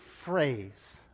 phrase